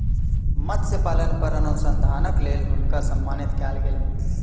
मत्स्य पालन पर अनुसंधानक लेल हुनका सम्मानित कयल गेलैन